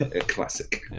Classic